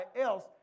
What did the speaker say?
else